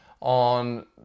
on